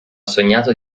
sognato